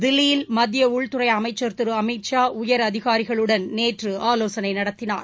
தில்லியில் மத்திய உள்துறை அமைச்சர் திரு அமித் ஷா உயரதிகளாரிகளுடன் நேற்று ஆலோசனை நடத்தினார்